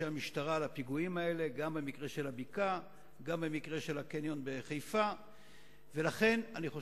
חס וחלילה, חולשה ורפיון בקרב הגורמים המבצעיים או